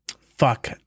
Fuck